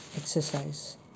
exercise